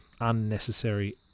unnecessary